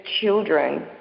children